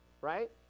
right